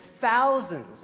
thousands